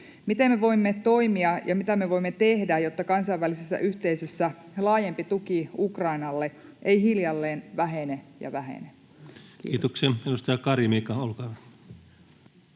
Miten me voimme toimia ja mitä me voimme tehdä, jotta kansainvälisessä yhteisössä laajempi tuki Ukrainalle ei hiljalleen vähene ja vähene? [Speech 63] Speaker: